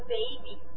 baby